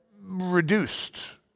reduced